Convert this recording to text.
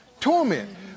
torment